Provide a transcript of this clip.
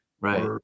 right